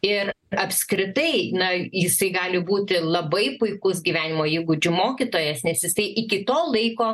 ir apskritai na jisai gali būti labai puikus gyvenimo įgūdžių mokytojas nes jisai iki to laiko